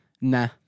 Nah